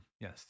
Yes